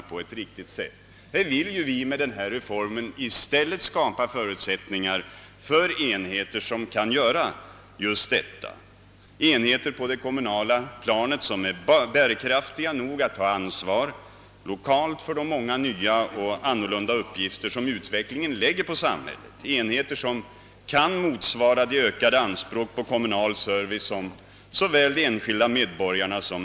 Med denna reform vill vi i stället skapa förutsättningar för enheter som på det kommunala planet är bärkraftiga nog att ta ansvar 1okalt för de många nya och annorlunda uppgifter som utvecklingen lägger på samhället, enheter som kan fylla de ökade anspråk på kommunal service som såväl de enskilda medborgarna som.